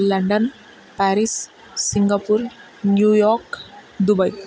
London Paris Singapore New York Dubai